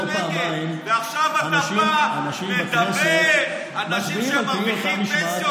ולא פעמיים אנשים בכנסת מצביעים על פי אותה משמעת